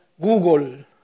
Google